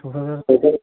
थुख्राजार